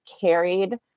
carried